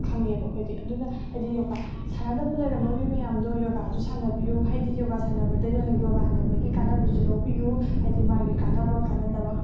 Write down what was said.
ꯈꯪꯉꯦꯕ ꯑꯩꯈꯣꯏꯗꯤ ꯑꯗꯨꯅ ꯍꯥꯏꯗꯤ ꯌꯣꯒꯥ ꯁꯥꯟꯅꯗꯕ ꯂꯩꯔꯝꯕ ꯃꯤ ꯃꯌꯥꯝꯗꯣ ꯌꯣꯒꯥꯁꯨ ꯁꯥꯟꯅꯕꯤꯌꯨ ꯍꯥꯏꯗꯤ ꯌꯣꯒꯥ ꯁꯥꯟꯅꯕꯗ ꯌꯣꯒꯥ ꯁꯥꯟꯅꯕꯒꯤ ꯀꯥꯟꯅꯕꯁꯤꯁꯨ ꯂꯧꯕꯤꯌꯨ ꯍꯥꯏꯗꯤ ꯃꯥꯒꯤ ꯀꯥꯟꯅꯕ ꯀꯥꯟꯅꯗꯕ